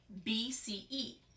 BCE